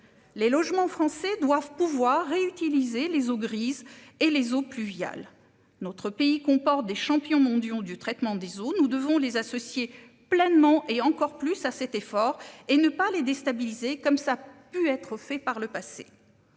Les logements français doivent pouvoir réutiliser les eaux grises et les eaux pluviales notre pays comporte des champions mondiaux du traitement des eaux. Nous devons les associer pleinement et encore plus à cet effort et ne pas les déstabiliser, comme ça a pu être fait par le passé.